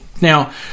Now